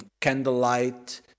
candlelight